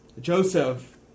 Joseph